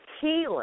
healing